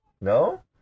No